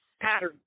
pattern